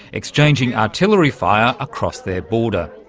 exchanging artillery fire across their border.